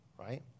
right